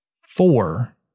four